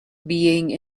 being